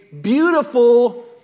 beautiful